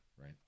right